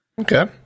Okay